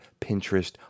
Pinterest